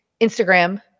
Instagram